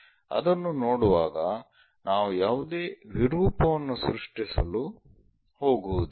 ಅದನ್ನು ನೋಡುವಾಗ ನಾವು ಯಾವುದೇ ವಿರೂಪವನ್ನು ಸೃಷ್ಟಿಸಲು ಹೋಗುವುದಿಲ್ಲ